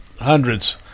hundreds